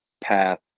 path